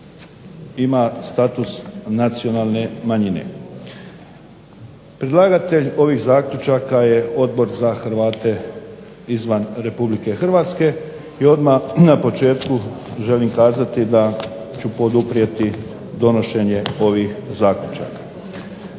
ima status nacionalne manjine. Predlagatelj ovih zaključaka je Odbor za Hrvate izvan Republike Hrvatske i odmah na početku želim kazati da ću poduprijeti donošenje ovih zaključaka.